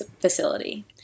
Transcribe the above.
facility